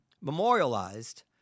memorialized